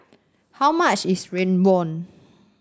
how much is rawon